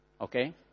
Okay